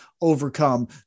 overcome